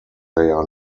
are